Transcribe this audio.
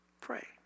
Pray